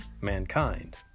Mankind